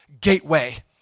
gateway